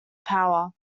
power